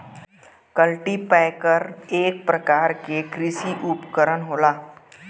cultipacker एक परकार के कृषि उपकरन होला